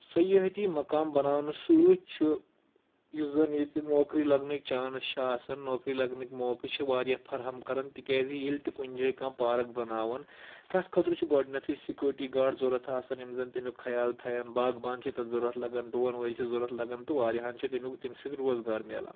سیحٲتی مقام بَناونہٕ سۭتۍ چھِ یُس زَن ییٚتہِ نوکری لَگنٕکۍ چانٕس چھِ آسان نوکری لَگنٕکۍ موقعہٕ چھِ واریاہ فَراہَم کَران تِکیازِ ییٚلہِ تہِ کُنہِ جاے کانٛہہ پارک بَناوان تَتھ خٲطرٕ چھِ گۄڈنٮ۪تھٕے سِکورٹی گارڈ ضروٗرَت آسان یِم زَن تیٚمیُٚک خیال تھَون باغبان چھِ تَتھ ضروٗرت لَگان ڈُوَن وٲلۍ چھِ ضروٗرَت لَگان تہٕ واریا ہَن چھِ تیٚمیُٚک تمہِ سۭتۍ روزگار مِلان